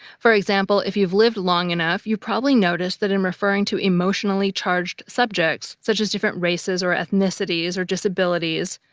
for example, if you've lived long enough, you've probably noticed that in referring to emotionally charged subjects, such as different races or ethnicities, or disabilities,